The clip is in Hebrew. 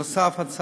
נוסף על כך,